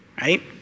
right